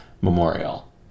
memorial